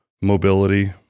mobility